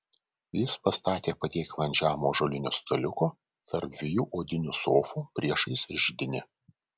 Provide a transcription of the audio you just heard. jis pastatė padėklą ant žemo ąžuolinio staliuko tarp dviejų odinių sofų priešais židinį